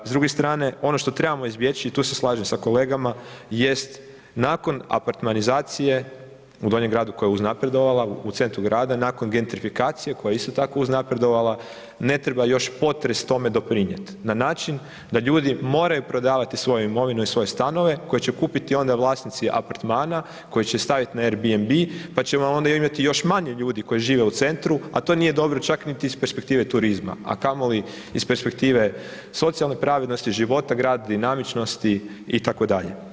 S druge strane ono što trebamo izbjeći i tu se slažem s kolegama jest nakon apartmanizacije u Donjem gradu koja je uznapredovala u centru grada nakon gentrifikacije koja je isto tako uznapredovala ne treba još potres tome doprinijeti na način da ljudi moraju prodavati svoju imovinu i svoje stanove koje će kupiti onda vlasnici apartmana koje će staviti na Airbnb pa ćemo onda imati još manje ljudi koji žive u centru, a to nije dobro čak niti iz perspektive turizma a kamoli iz perspektive socijalne pravednosti, života grada, dinamičnosti itd.